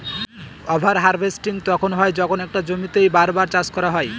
over harvesting তখন হয় যখন একটা জমিতেই বার বার চাষ করা হয়